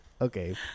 Okay